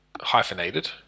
hyphenated